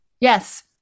Yes